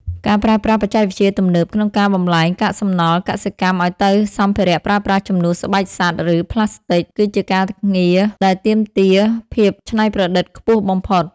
ការប្រើប្រាស់បច្ចេកវិទ្យាទំនើបក្នុងការបម្លែងកាកសំណល់កសិកម្មឱ្យទៅសម្ភារៈប្រើប្រាស់ជំនួសស្បែកសត្វ ឬប្លាស្ទិក គឺជាការងារដែលទាមទារភាពច្នៃប្រឌិតខ្ពស់បំផុត។